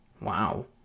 Wow